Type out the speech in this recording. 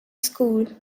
school